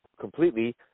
completely